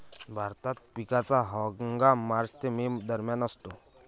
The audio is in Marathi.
भारतात पिकाचा हंगाम मार्च ते मे दरम्यान असतो